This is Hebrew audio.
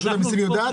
רשות המיסים יודעת?